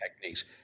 techniques